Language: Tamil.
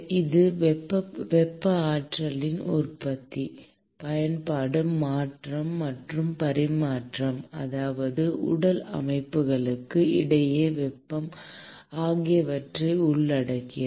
இது வெப்ப ஆற்றலின் உற்பத்தி பயன்பாடு மாற்றம் மற்றும் பரிமாற்றம் அதாவது உடல் அமைப்புகளுக்கு இடையில் வெப்பம் ஆகியவற்றை உள்ளடக்கியது